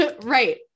Right